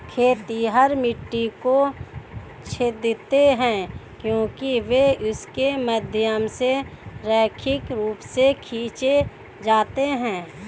खेतिहर मिट्टी को छेदते हैं क्योंकि वे इसके माध्यम से रैखिक रूप से खींचे जाते हैं